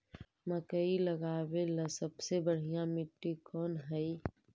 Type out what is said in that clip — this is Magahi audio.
मकई लगावेला सबसे बढ़िया मिट्टी कौन हैइ?